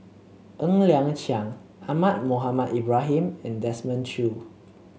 Ng Liang Chiang Ahmad Mohamed Ibrahim and Desmond Choo